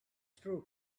true